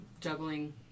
juggling